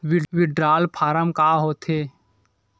withdrawal form का होथेय